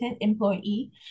employee